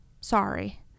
Sorry